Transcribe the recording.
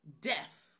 death